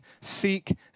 seek